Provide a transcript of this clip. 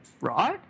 right